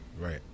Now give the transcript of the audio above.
right